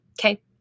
okay